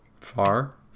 Far